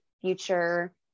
future